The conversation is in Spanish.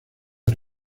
una